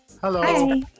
Hello